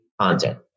content